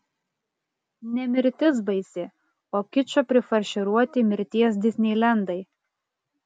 ne mirtis baisi o kičo prifarširuoti mirties disneilendai